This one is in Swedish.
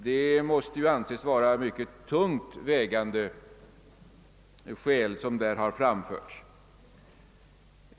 Det måste anses vara mycket tungt vägande synpunkter som därvid har anförts.